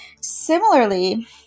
Similarly